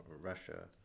Russia